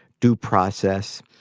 due process,